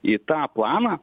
į tą planą